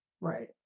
Right